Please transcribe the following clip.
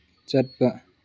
ꯆꯠꯄ